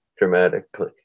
dramatically